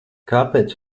kāpēc